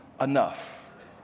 enough